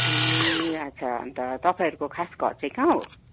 ए अच्छा अन्त तपाईँहरूको खास घर चाहिँ कहाँ हो